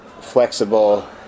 flexible